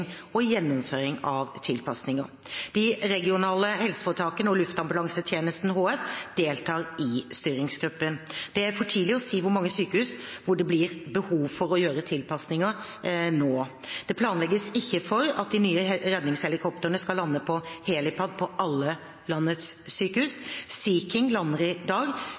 gjennomføring av tilpasninger. De regionale helseforetakene og Luftambulansetjenesten HF deltar i styringsgruppen. Det er for tidlig å si hvor mange sykehus det blir behov for å gjøre tilpasninger ved. Det planlegges ikke for at de nye redningshelikoptrene skal lande på helipad på alle landets sykehus. Sea King lander i dag